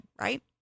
right